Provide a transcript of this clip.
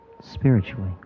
spiritually